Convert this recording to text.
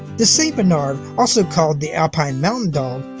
the st. bernard, also called the alpine mountain dog,